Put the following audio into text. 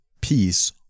peace